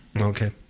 Okay